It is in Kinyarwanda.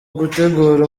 gutegura